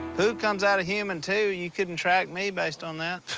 poop comes out of humans too. you couldn't track me based on that.